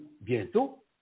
bientôt